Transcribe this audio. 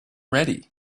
ready